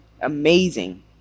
Amazing